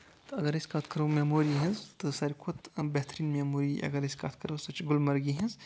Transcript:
تہٕ اَگر أسۍ کَتھ کَرو میٚموری ہٕنٛز تہٕ ساروی کھوتہٕ کانٛہہ بہترٮ۪ن میٚموری اَگر أسۍ کَتھ کَرو سۄ چھےٚ گُلمرگہِ ہِنٛز